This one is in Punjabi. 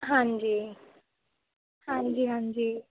ਹਾਂਜੀ ਹਾਂਜੀ ਹਾਂਜੀ